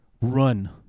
run